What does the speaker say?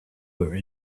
were